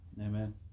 amen